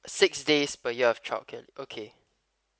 six days per year of childcare okay